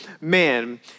man